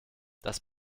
das